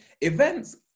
events